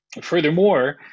Furthermore